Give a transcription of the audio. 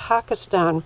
pakistan